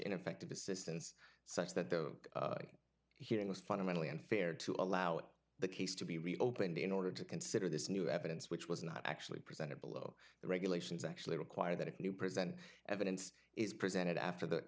ineffective assistance such that the hearing was fundamentally unfair to allow the case to be reopened in order to consider this new evidence which was not actually presented below the regulations actually require that new present evidence is presented after th